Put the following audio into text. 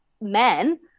men